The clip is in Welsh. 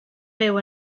byw